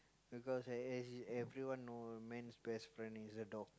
because as as in everyone know man's best friend is a dog